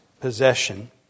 possession